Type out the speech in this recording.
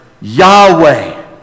Yahweh